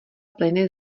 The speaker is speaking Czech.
plyny